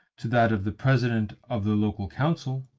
to that of the president of the local council,